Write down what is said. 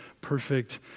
perfect